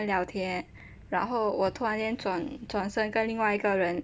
聊天然后我突然转身跟另外一个人